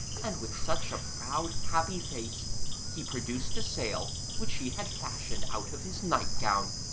and with such a proud, happy face he produced a sail which he had fashioned out of his nightgown,